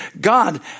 God